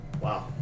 Wow